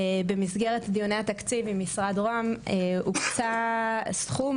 במסגרת דיוני התקציב עם משרד ראש הממשלה הוקצה סכום,